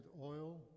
oil